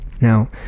Now